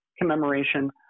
commemoration